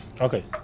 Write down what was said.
Okay